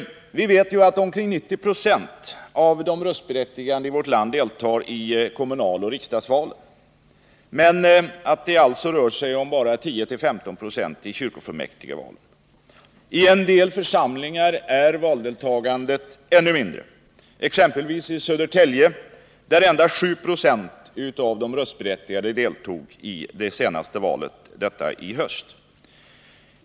Vi vet ju att omkring 90 96 av de röstberättigade i vårt land deltar i kommunaloch riksdagsvalen men att bara 10-15 96 deltar i kyrkofullmäktigvalen. I en del församlingar är valdeltagandet ännu mindre. I Södertälje exempelvis deltog endast 7 9; av de röstberättigade i det senaste valet denna höst.